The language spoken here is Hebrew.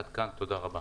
עד כאן, תודה רבה.